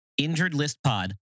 InjuredListPod